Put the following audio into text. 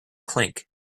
clink